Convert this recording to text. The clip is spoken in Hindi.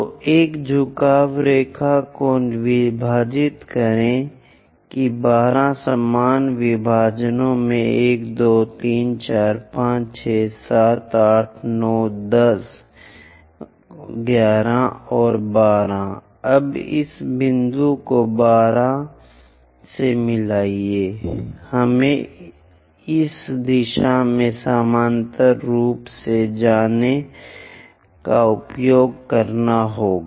तो एक झुकाव रेखा को विभाजित करें कि 12 समान विभाजनों में 1 2 3 4 5 6 7 8 9 10 11 और 12 अब इस बिंदु को 12 में मिलाएं हमें इस दिशा में समानांतर रूप से जाने का उपयोग करना होगा